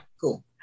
cool